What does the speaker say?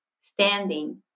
standing